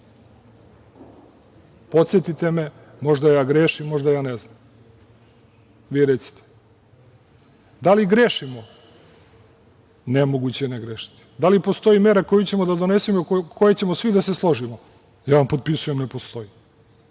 Podsetite me, možda ja grešim, možda ja ne znam, vi recite. Da li grešimo? Nemoguće je ne grešiti. Da li postoji mera koju ćemo da donesemo i oko koje ćemo svi da se složimo? Ja vam potpisujem, ne postoji,